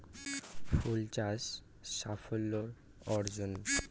ফুল চাষ সাফল্য অর্জন?